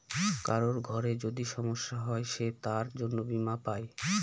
কারোর ঘরে যদি সমস্যা হয় সে তার জন্য বীমা পাই